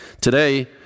Today